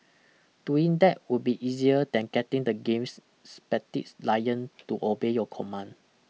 doing that would be easier than getting the game's lion to obey your commands